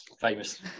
famous